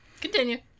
Continue